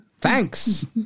Thanks